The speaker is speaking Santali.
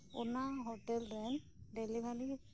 ᱚᱱᱟ ᱦᱚᱴᱮᱞ ᱨᱮᱱ ᱰᱮᱞᱤᱵᱷᱟᱨᱤ